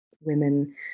women